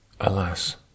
Alas